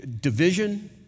division